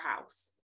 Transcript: house